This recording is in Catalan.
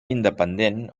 independent